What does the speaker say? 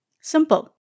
Simple